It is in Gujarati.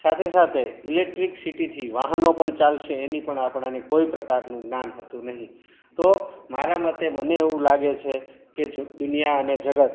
સાથે સાથે ઇલેક્ટ્રિસિટીથી વાહનો પણ ચાલશે એની પણ આપણને કોઈ પ્રકારનું જ્ઞાન હતું નહીં તો મારા માટે મને એવું લાગે છે જો દુનિયા અને જગત